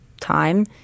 time